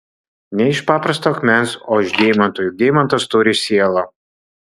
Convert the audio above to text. ne iš paprasto akmens o iš deimanto juk deimantas turi sielą